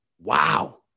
wow